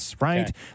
right